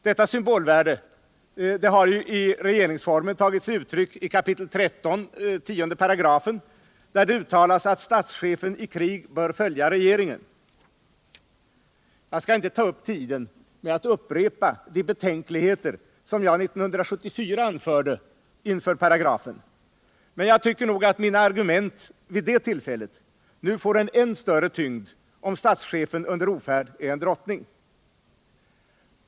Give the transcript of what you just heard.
Detta symbolvärde har i RF tagit sig uttryck i 13 kap. 10 §, där det uttalas att statschefen i krig bör följa regeringen. Jag skall inte ta upp tiden med att upprepa de betänkligheter jag 1974 anförde inför paragrafen, men jag tycker att mina argument vid det tillfället får en än större tyngd nu, om statschefen under ofärd är en drottning.